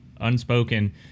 unspoken